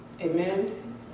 Amen